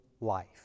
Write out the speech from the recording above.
life